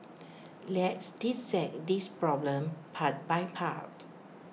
let's dissect this problem part by part